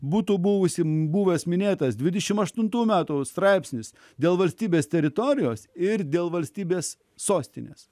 būtų buvusiems buvęs minėtas dvidešim aštuntų metų straipsnis dėl valstybės teritorijos ir dėl valstybės sostinės